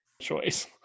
choice